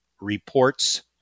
reports